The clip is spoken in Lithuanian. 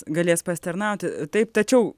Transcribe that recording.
galės pasitarnauti taip tačiau